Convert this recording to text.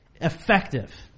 effective